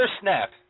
Snap